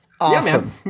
Awesome